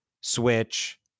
switch